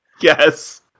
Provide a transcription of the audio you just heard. Yes